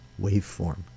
Waveform